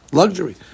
luxury